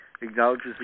acknowledges